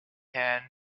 hand